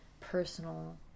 personal